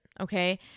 Okay